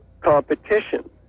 competition